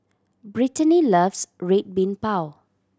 Brittaney loves Red Bean Bao